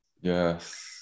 Yes